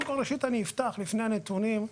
לפני הנתונים,